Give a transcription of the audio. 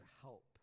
help